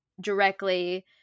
directly